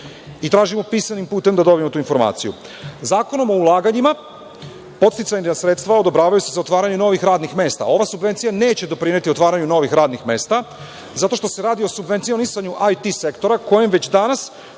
i tražimo pisanim putem da dobijemo tu informaciju. Zakonom o ulaganjima, podsticajna sredstva odobravaju se za otvaranje novih radnih mesta. Ova subvencija neće doprineti otvaranju novih radnih mesta, zato što se radi o subvencionisanju IT sektora, kojem već danas,